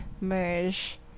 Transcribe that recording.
merge